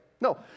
No